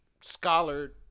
scholar